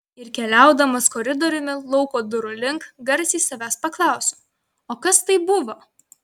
ir keliaudamas koridoriumi lauko durų link garsiai savęs paklausiau o kas tai buvo